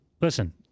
listen